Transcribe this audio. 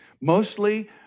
Mostly